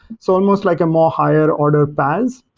so almost like a more higher order paas.